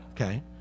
okay